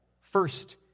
first